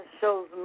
shows